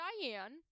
Diane